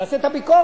תעשה את הביקורת.